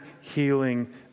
healing